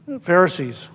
Pharisees